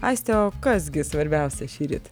aiste o kas gi svarbiausia šįryt